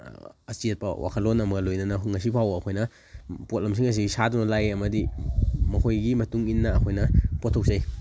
ꯑꯆꯦꯠꯄ ꯋꯥꯈꯜꯂꯣꯟ ꯑꯃꯒ ꯂꯣꯏꯅꯅ ꯉꯁꯤ ꯐꯥꯎꯕ ꯑꯩꯈꯣꯏꯅ ꯄꯣꯠꯂꯝꯁꯤꯡ ꯑꯁꯤ ꯁꯥꯗꯨꯅ ꯂꯥꯛꯏ ꯑꯃꯗꯤ ꯃꯈꯣꯏꯒꯤ ꯃꯇꯨꯡ ꯏꯟꯅ ꯑꯩꯈꯣꯏꯅ ꯄꯨꯊꯣꯛꯆꯩ